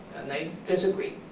and they disagree.